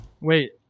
Wait